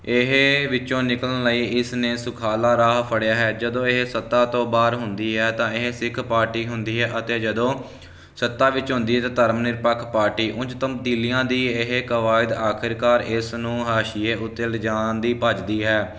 ਇਹ ਵਿੱਚੋਂ ਨਿਕਲਣ ਲਈ ਇਸ ਨੇ ਸੁਖਾਲਾ ਰਾਹ ਫੜਿਆ ਹੈ ਜਦੋਂ ਇਹ ਸੱਤਾ ਤੋਂ ਬਾਹਰ ਹੁੰਦੀ ਹੈ ਤਾਂ ਇਹ ਸਿੱਖ ਪਾਰਟੀ ਹੁੰਦੀ ਹੈ ਅਤੇ ਜਦੋਂ ਸੱਤਾ ਵਿੱਚ ਹੁੰਦੀ ਹ ਤਾਂ ਧਰਮ ਨਿਰਪੱਖ ਪਾਰਟੀ ਉਚ ਤਮਦੀਲੀਆਂ ਦੀ ਇਹ ਕਵਾਇਦ ਆਖਿਰਕਾਰ ਇਸ ਨੂੰ ਹਾਸ਼ੀਏ ਉੱਤੇ ਲਿਜਾਣ ਦੀ ਭੱਜਦੀ ਹੈ